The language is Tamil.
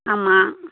ஆமாம்